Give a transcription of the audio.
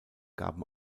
gaben